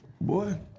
boy